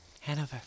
Hanover